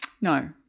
No